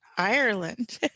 Ireland